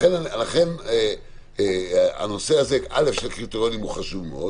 לכן הנושא הזה של הקריטריונים הוא חשוב מאוד